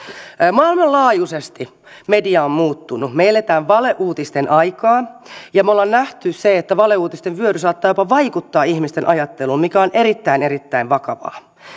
maailmanlaajuisesti media on muuttunut me elämme valeuutisten aikaa ja me olemme nähneet sen että valeuutisten vyöry saattaa jopa vaikuttaa ihmisten ajatteluun mikä on erittäin erittäin vakavaa